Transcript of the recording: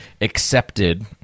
accepted